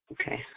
Okay